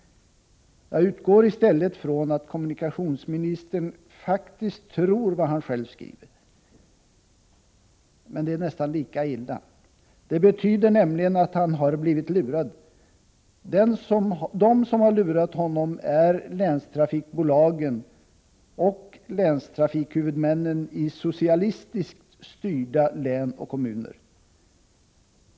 Jag utgår i stället från att kommunikationsministern faktiskt tror på vad han själv skriver. Men det är nästan lika illa. Det betyder nämligen att han har blivit lurad. De som har lurat honom är länstrafikbolagen och länstrafikhuvudmännen i socialistiskt styrda län och kommuner.